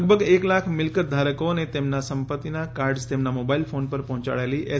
લગભગ એક લાખ મિલકત ધારકો તેમના સંપત્તિના કાર્ડ્સ તેમના મોબાઇલ ફોન પર પહોંચાડાયેલી એસ